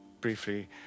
briefly